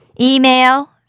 Email